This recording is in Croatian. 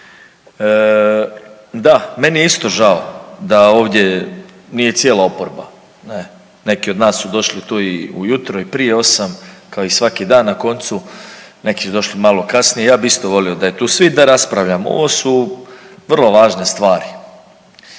Da, meni je isto žao da ovdje nije cijela oporba, ne, neki od nas su došli tu ujutro i prije osam kao i svaki dan, na koncu neki su došli malo kasnije. Ja bi isto volio da je tu svi da raspravljamo, ovo su vrlo važne stvari,